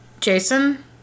Jason